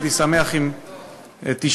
אשמח אם תישאר,